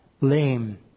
Lame